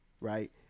right